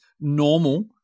normal